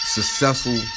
successful